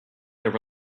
there